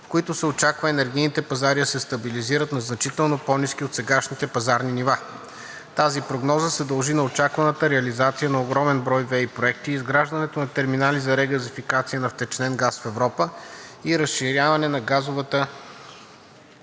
в които се очаква енергийните пазари да се стабилизират на значително по-ниски от сегашните пазарни нива. Тази прогноза се дължи на очакваната реализация на огромен брой ВЕИ проекти, изграждането на терминали за регазификация на втечнен газ в Европа и разрешаване на газовата